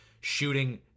shooting